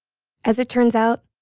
as it turns out,